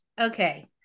Okay